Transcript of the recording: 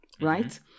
right